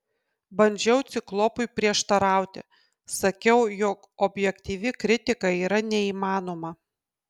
bandžiau ciklopui prieštarauti sakiau jog objektyvi kritika yra neįmanoma